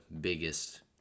biggest